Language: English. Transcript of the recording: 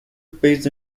based